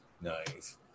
nice